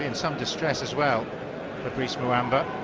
and some distress as well prescriber um but